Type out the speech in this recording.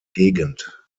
gegend